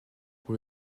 pour